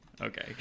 okay